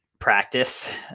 practice